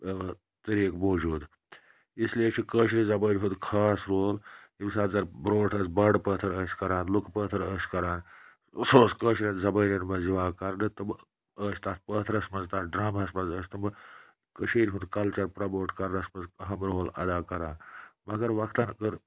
طٔریٖقہٕ موٗجوٗد اِسلیے چھِ کٲشرِ زَبٲنۍ ہُنٛد خاص رول ییٚمہِ ساتہٕ زَن برونٛٹھ ٲسۍ بَنڈٕ پٲتھٕر ٲسۍ کَران لُکھ پٲتھٕر ٲسۍ کَران سُہ اوس کٲشرریٚن زَبٲنٮ۪ن منٛز یِوان کَرنہٕ تم ٲسۍ تَتھ پٲتھرَس منٛز تَتھ ڈراماہَس منٛز ٲسۍ تٕمہٕ کٔشیٖر ہُنٛد کَلچَر پرموٹ کَرنَس منٛز اَہَم رول اَدا کَران مگر وَقتَن کٔر